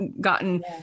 gotten